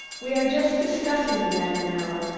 we are just discussing the matter now,